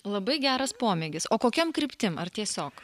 labai geras pomėgis o kokiom kryptim ar tiesiog